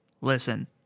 listen